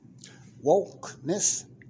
Wokeness